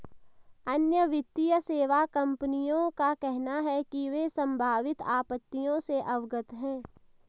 अन्य वित्तीय सेवा कंपनियों का कहना है कि वे संभावित आपत्तियों से अवगत हैं